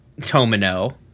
Tomino